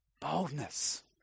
boldness